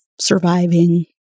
surviving